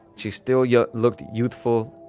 she still yeah looked youthful.